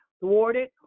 thwarted